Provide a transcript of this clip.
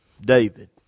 David